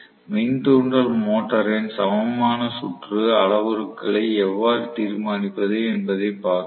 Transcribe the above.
மின் தூண்டல் மோட்டரின் சமமான சுற்று அளவுருக்களை எவ்வாறு தீர்மானிப்பது என்பதைப் பார்ப்போம்